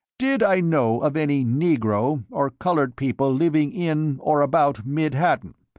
did i know of any negro or coloured people living in, or about, mid-hatton,